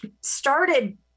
started